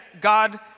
God